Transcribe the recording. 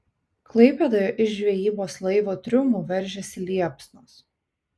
klaipėdoje iš žvejybos laivo triumų veržėsi liepsnos